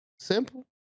Simple